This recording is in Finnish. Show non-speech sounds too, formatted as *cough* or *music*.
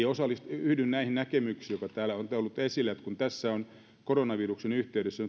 *unintelligible* osallistuakin yhdyn näihin näkemyksiin jotka täällä ovat tulleet esille että kun koronaviruksen yhteydessä